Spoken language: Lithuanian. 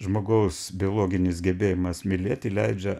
žmogaus biologinis gebėjimas mylėti leidžia